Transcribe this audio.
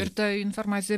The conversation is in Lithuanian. ir ta informacija